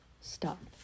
stop